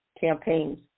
campaigns